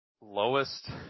lowest